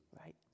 right